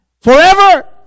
forever